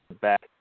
back